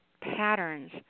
patterns